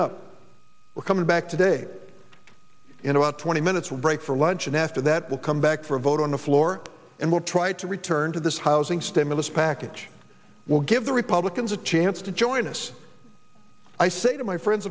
up we're coming back today in about twenty minutes we'll break for lunch and after that we'll come back for a vote on the floor and we'll try to return to this housing stimulus package will give the republicans a chance to join us i say to my friends